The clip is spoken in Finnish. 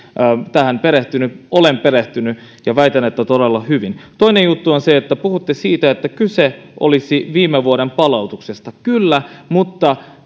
tähän perehtynyt olen perehtynyt ja väitän että todella hyvin toinen juttu on se että puhutte siitä että kyse olisi viime vuoden palautuksesta kyllä mutta